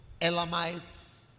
Elamites